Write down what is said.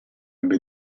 ebbe